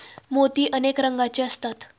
मोती अनेक रंगांचे असतात